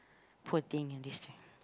poor thing this